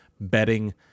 betting